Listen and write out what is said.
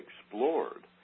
explored